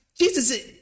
Jesus